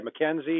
McKenzie